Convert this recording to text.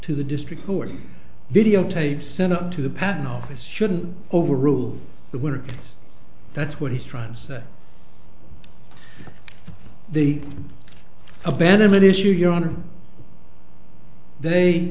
to the district court videotapes sent up to the patent office shouldn't overrule the work that's what he's trying to say the abandonment issues your honor they